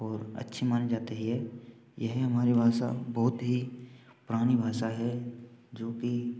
और अच्छी मानी जाती है यह हमारी भाषा बहुत ही पुरानी भाषा है जो कि